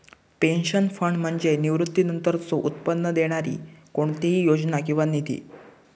pension fund म्हणजे निवृत्तीनंतरचो उत्पन्न देणारी कोणतीही योजना किंवा निधी